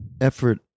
effort